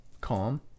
Calm